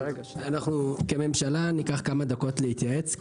אנחנו כממשלה ניקח כמה דקות להתייעץ.